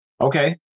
Okay